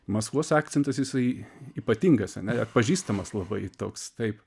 maskvos akcentas jisai ypatingas ar ne atpažįstamas labai toks taip